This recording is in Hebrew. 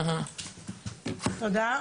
תודה.